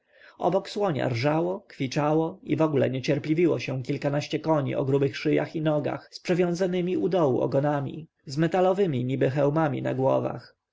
obok słonia rżało kwiczało i wogóle niecierpliwiło się kilkanaście koni o grubych szyjach i nogach z przewiązanemi u dołu ogonami z metalowemi niby hełmami na głowach